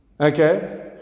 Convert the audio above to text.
Okay